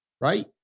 Right